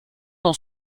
dans